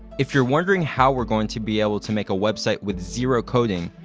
if you're wondering how we're going to be able to make a website with zero coding,